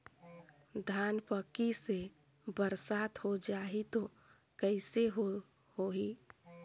धान पक्की से बरसात हो जाय तो कइसे हो ही?